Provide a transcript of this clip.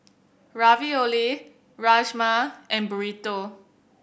Ravioli Rajma and Burrito